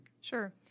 Sure